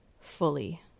fully